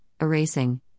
erasing